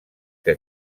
que